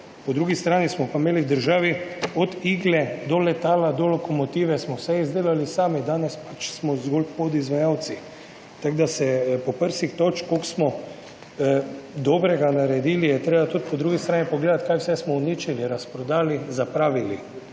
po drugi strani smo pa imeli v državi od igle do letala, do lokomotive, smo vse izdelali sami, danes smo zgolj podizvajalci. Tako da se po prsih tolči, koliko smo dobrega naredili, je treba tudi po drugi strani pogledati kaj vse smo uničili, razprodali, zapravili.